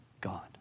God